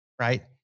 right